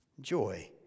joy